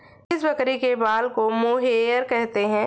किस बकरी के बाल को मोहेयर कहते हैं?